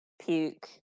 puke